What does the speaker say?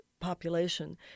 population